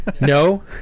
No